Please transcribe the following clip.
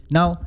Now